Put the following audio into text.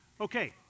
Okay